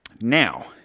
Now